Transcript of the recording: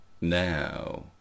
Now